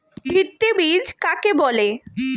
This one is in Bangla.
ভিত্তি বীজ কাকে বলে?